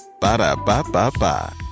Ba-da-ba-ba-ba